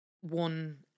One